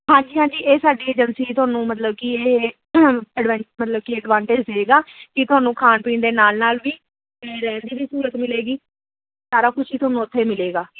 ਹਾਂਜੀ ਹਾਂਜੀ ਇਹ ਸਾਡੀ ਏਜੰਸੀ ਤੁਹਾਨੂੰ ਮਤਲਬ ਕਿ ਇਹ ਐਡਵੈ ਮਤਲਬ ਕਿ ਐਡਵਾਂਟੇਜ ਦਵੇਗਾ ਕਿ ਤੁਹਾਨੂੰ ਖਾਣ ਪੀਣ ਦੇ ਨਾਲ ਨਾਲ ਵੀ ਅਤੇ ਰਹਿਣ ਦੀ ਵੀ ਸਹੂਲਤ ਮਿਲੇਗੀ ਸਾਰਾ ਕੁਛ ਹੀ ਤੁਹਾਨੂੰ ਉੱਥੇ ਮਿਲੇਗਾ